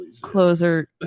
closer